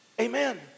Amen